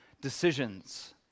decisions